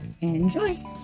Enjoy